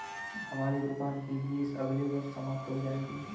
हमारी दुकान की लीस अगले वर्ष समाप्त हो जाएगी